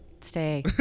stay